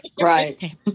right